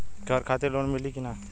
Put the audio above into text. घर खातिर लोन मिली कि ना?